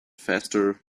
faster